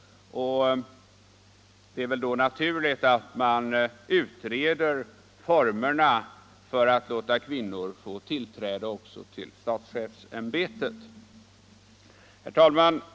Det är väl då rimligt att man utreder formerna för att låta kvinnor få tillträde också till statschefsämbetet. Herr talman!